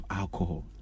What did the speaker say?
alcohol